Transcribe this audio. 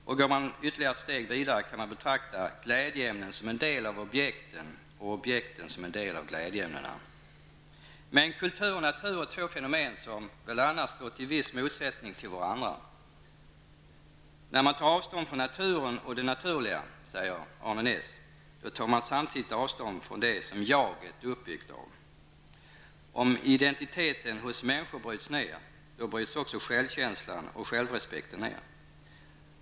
Om man går ytterligare ett steg, kan man betrakta glädjeämnen som en del av objekten och objekten som en del av glädjeämnena. Men kultur och natur är två fenomen som väl annars stått i viss motsättning till varandra. ''När man tar avstånd från naturen och det naturliga'', säger Arne Naess, ''tar man samtidigt avstånd från det som jaget är uppbyggt av''. Om identiteten hos människor bryts ner, då bryts också självkänslan och självrespekten ner.